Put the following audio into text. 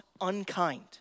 unkind